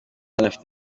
anafite